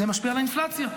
זה משפיע על האינפלציה.